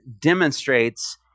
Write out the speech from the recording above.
demonstrates